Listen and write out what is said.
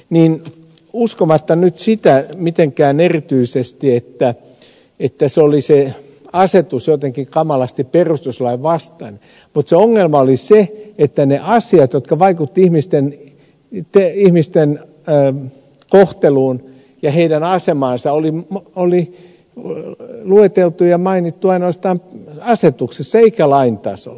uskomatta nyt sitä mitenkään erityisesti että se asetus oli jotenkin kamalasti perustuslain vastainen vaan ongelma oli se että ne asiat jotka vaikuttivat ihmisten kohteluun ja heidän asemaansa oli lueteltu ja mainittu ainoastaan asetuksessa eikä lain tasolla